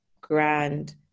grand